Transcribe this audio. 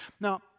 Now